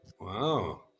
Wow